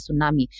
tsunami